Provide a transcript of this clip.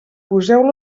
poseu